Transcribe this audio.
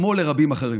כמו גם על רבים אחרים,